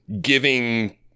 giving